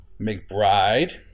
McBride